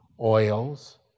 oils